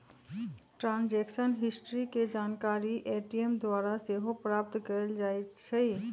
transaction history के जानकारी ATM द्वारा सेहो प्राप्त कएल जाइ छइ